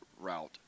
route